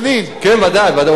כן, ודאי, הוא רשום.